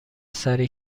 سریع